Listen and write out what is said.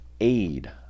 aid